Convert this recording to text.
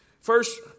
First